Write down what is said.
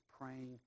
praying